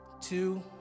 Two